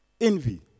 Envy